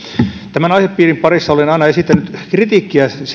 tämän aihepiirin parissa olen aina esittänyt kritiikkiä